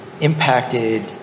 impacted